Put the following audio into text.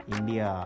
India